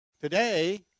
Today